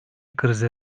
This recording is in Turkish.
krize